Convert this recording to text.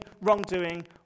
wrongdoing